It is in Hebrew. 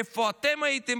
איפה אתם הייתם?